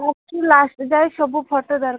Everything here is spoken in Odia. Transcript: ଫାର୍ଷ୍ଟ ରୁ ଲାଷ୍ଟ ଯାଏ ସବୁ ଫୋଟୋ ଦରକାର